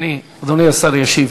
אדוני השר ישיב.